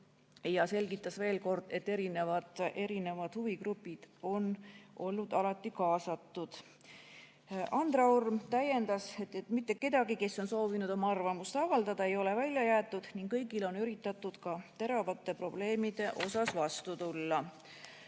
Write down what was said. ja selgitas veel kord, et eri huvigrupid on olnud alati kaasatud. Andra Olm täiendas, et mitte kedagi, kes on soovinud oma arvamust avaldada, ei ole välja jäetud ning kõigile on üritatud ka teravate probleemide osas vastu tulla.